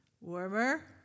warmer